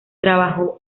trabajo